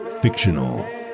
fictional